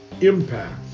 impact